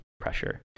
pressure